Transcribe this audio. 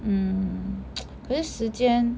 mm 可是时间